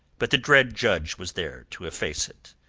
but the dread judge was there to efface it.